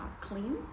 clean